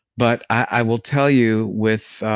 but i will tell you with.